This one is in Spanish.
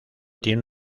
tiene